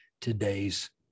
today's